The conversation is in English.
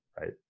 right